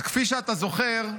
אז כפי שאתה זוכר,